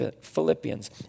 Philippians